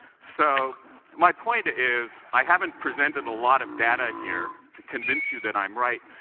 so my point is, i haven't presented a lot of data here to convince you that i'm right,